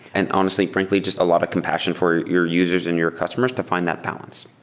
and honestly, frankly, just a lot of compassion for your users and your customers to fi nd that balance.